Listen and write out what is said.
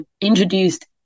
introduced